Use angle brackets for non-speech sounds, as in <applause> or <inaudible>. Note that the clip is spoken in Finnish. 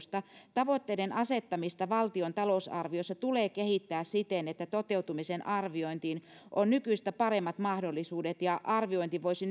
tavoitteiden asettamista valtion talousarviossa tulee kehittää siten että toteutumisen arviointiin on nykyistä paremmat mahdollisuudet ja arviointi voisi <unintelligible>